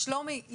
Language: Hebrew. שלומי,